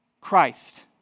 Christ